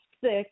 six